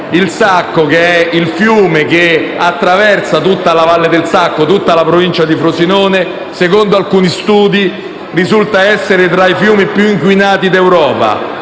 Il Sacco, che è il fiume che attraversa tutta la Valle del Sacco e la provincia di Frosinone, secondo alcuni studi risulta essere tra i fiumi più inquinati d'Europa,